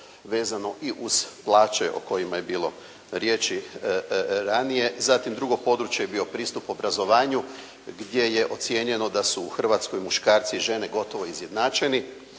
vezano i uz plaće o kojima je bilo riječi ranije. Zatim drugo područje je bio pristup obrazovanju gdje je ocjenjeno da su u Hrvatskoj muškarci i žene gotovo izjednačeni.